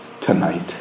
tonight